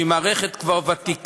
שהיא כבר מערכת ותיקה,